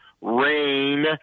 rain